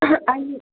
अहिले